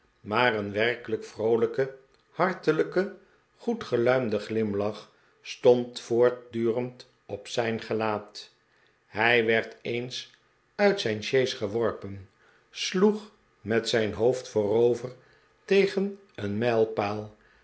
maar een werkelijk vroolijke hartelijke goed geluimde glimlach stond voortdurehd op zijn gelaat hij werd eens uit zijn sjees geworpen en sloeg met zijn hoofd voorover tegen een mijlpaal